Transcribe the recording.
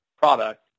product